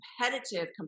competitive